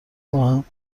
ماهم